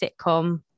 sitcom